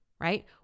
right